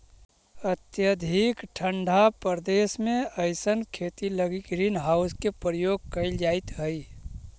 अत्यधिक ठंडा प्रदेश में अइसन खेती लगी ग्रीन हाउस के प्रयोग कैल जाइत हइ